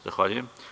Zahvaljujem.